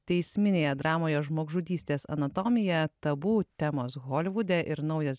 teisminėje dramoje žmogžudystės anatomija tabu temos holivude ir naujas